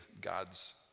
God's